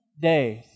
days